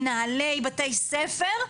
מנהלי בתי ספר,